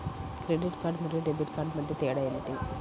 Credit card మరియు debit card మధ్య తేడా ఏమిటి?